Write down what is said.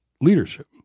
leadership